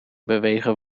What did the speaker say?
bewegen